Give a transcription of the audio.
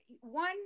one